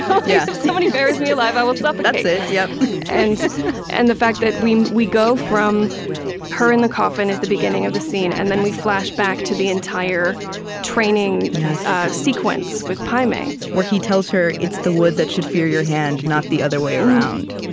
yeah if somebody buries me alive, i will suffocate. yeah and and the fact that we we go from her in the coffin is the beginning of the scene, and then we flash back to the entire training yeah ah sequence with pai mei where he tells her, it's the wood that should fear your hand, not the other way around,